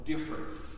Difference